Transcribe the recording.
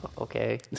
Okay